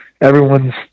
Everyone's